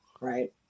Right